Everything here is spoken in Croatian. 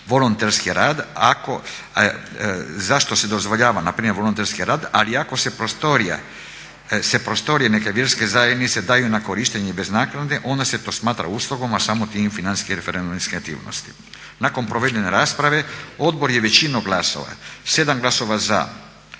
obrazloženo zašto se dozvoljava npr. volonterski rad ali ako se prostorije neke vjerske zajednice daju na korištenje bez naknade onda se to smatra uslugom, a samim time i financijskom referendumskom aktivnosti. Nakon provedene rasprave odbor je većinom glasova, 7 glasova za